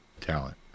talent